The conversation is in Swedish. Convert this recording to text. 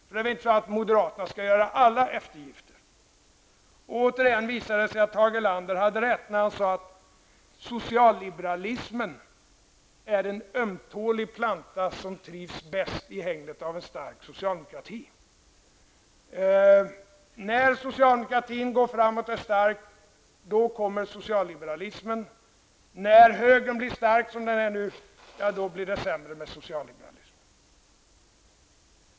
Det är väl inte så att moderaterna skall göra alla eftergifter. Återigen visar det sig att Tage Erlander hade rätt när han sade: Socialliberalismen är en ömtålig planta som trivs bäst i hägnet av en stark socialdemokrati. När socialdemokratin går framåt starkt kommer socialliberalismen. När högern är stark, som den är nu, blir det sämre med socialliberalismen.